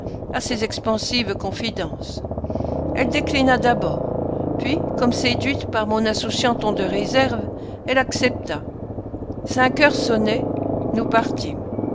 à ses expansives confidences elle déclina d'abord puis comme séduite par mon insouciant ton de réserve elle accepta cinq heures sonnaient nous